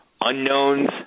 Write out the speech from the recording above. unknowns